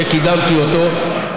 שקידמתי אותו,